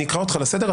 אני אקרא אותך לסדר.